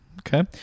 Okay